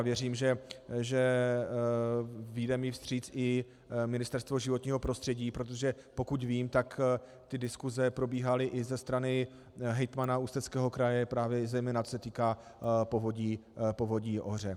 Věřím, že mi vyjde vstříc i Ministerstvo životního prostředí, protože pokud vím, tak diskuse probíhaly i ze strany hejtmana Ústeckého kraje, právě zejména co se týká povodí Ohře.